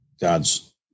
God's